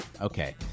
Okay